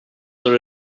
are